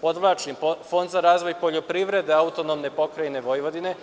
podvlačim Fond za razvoj poljoprivrede AP Vojvodine.